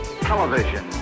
Television